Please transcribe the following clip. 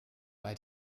bei